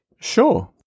Sure